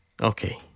Okay